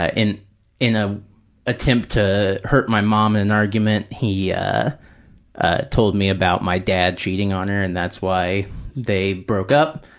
ah in an ah attempt to hurt my mom in an argument, he yeah ah told me about my dad cheating on her and that's why they broke up,